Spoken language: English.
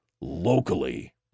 locally